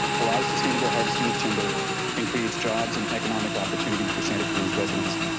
allows sustainable harvesting of timber and creates jobs and economic opportunity for santa cruz residents.